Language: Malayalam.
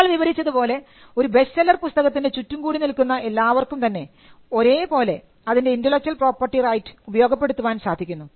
നമ്മൾ വിവരിച്ചതുപോലെ ഒരു ബെസ്റ്റ് സെല്ലർ പുസ്തകത്തിൻറെ ചുറ്റും കൂടി നിൽക്കുന്ന എല്ലാവർക്കും തന്നെ ഒരേപോലെ അതിൻറെ ഇന്റെലക്ച്വൽ പ്രോപ്പർട്ടി റൈറ്റ് ഉപയോഗപ്പെടുത്താൻ സാധിക്കുന്നു